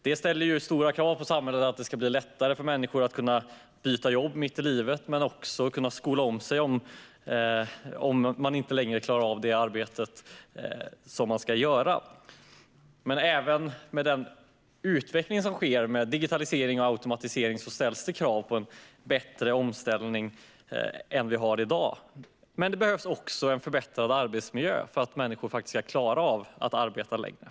Det ställer stora krav på samhället att göra det lättare för människor att byta jobb mitt i livet eller att skola om sig om man inte längre klarar av det arbete som man ska göra. Även med den utveckling som sker med digitalisering och automatisering ställs det krav på en bättre omställning än den vi har i dag. Men det behövs också en förbättrad arbetsmiljö för att människor ska klara att arbeta längre.